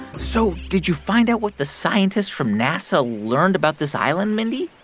so did you find out what the scientists from nasa learned about this island, mindy?